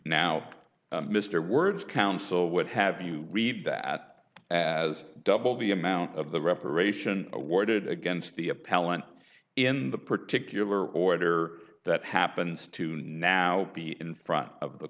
now mr words counsel would have you read that as double the amount of the reparation awarded against the appellant in the particular order that happens to now be in front of the